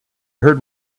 heard